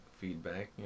feedback